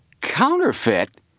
Counterfeit